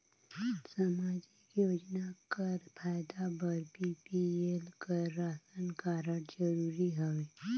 समाजिक योजना कर फायदा बर बी.पी.एल कर राशन कारड जरूरी हवे?